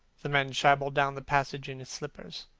the man shambled down the passage in his slippers.